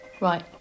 Right